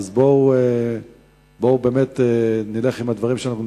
אז בואו באמת נלך עם הדברים שלנו,